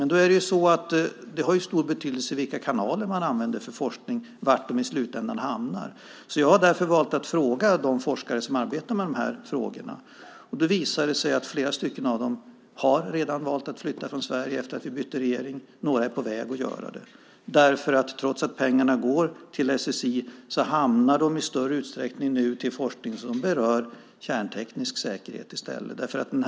Men vilka kanaler man använder har stor betydelse för var pengarna i slutändan hamnar. Jag har därför valt att fråga de forskare som arbetar med de här frågorna. Det visar sig att flera av dem redan har valt att flytta från Sverige efter att vi bytte regering. Några är på väg att göra det därför att de pengar som går till SSI nu i stället i större utsträckning går till forskning som berör kärnteknisk säkerhet.